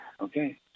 okay